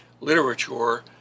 literature